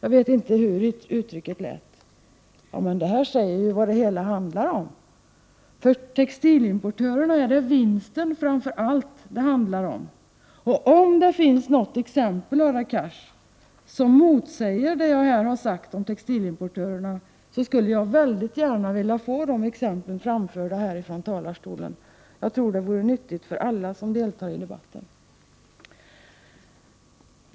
Detta säger ju vad det hela handlar om! För textilimportörerna handlar det framför allt om vinsten. Om det finns något exempel, Hadar Cars, som motsäger det jag har sagt om textilimportörerna skulle jag mycket gärna vilja höra de exemplen framföras från talarstolen. Det vore nyttigt för alla som deltar i debatten.